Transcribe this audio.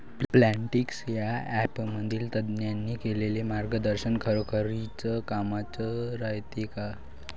Plantix या ॲपमधील तज्ज्ञांनी केलेली मार्गदर्शन खरोखरीच कामाचं रायते का?